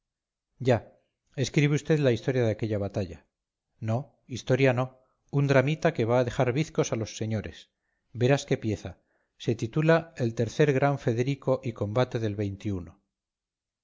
ya escribe vd la historia de aquella batalla no historia no un dramita que va a dejar bizcos a los señores verás que pieza se titula el tercer gran federico y combate del